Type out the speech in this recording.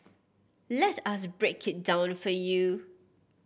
let us break it down for you